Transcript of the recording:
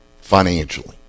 financially